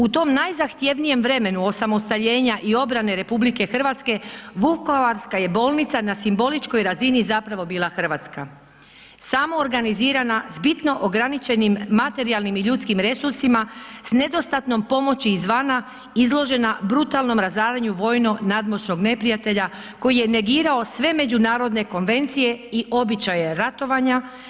U tom najzahtjevnijem vremenu osamostaljenja i obrane RH Vukovarska je bolnica na simboličkoj razini zapravo bila hrvatska, samoorganizirana s bitno ograničenim materijalnim i ljudskim resursima s nedostatnom pomoći izvana, izložena brutalnom razaranju vojno nadmoćnog neprijatelja koji je negirao sve međunarodne konvencije i običaje ratovanja.